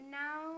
now